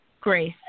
grace